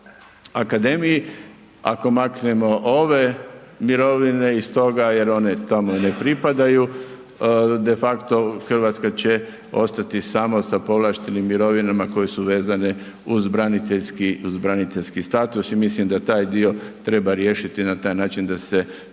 što su u akademiji. Ako maknemo ove mirovine iz toga jer one tamo ne pripadaju, defakto RH će ostati samo sa povlaštenim mirovinama koje su vezane uz braniteljski, uz braniteljski status i mislim da taj dio treba riješiti na taj način da se